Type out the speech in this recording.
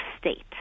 State